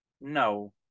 No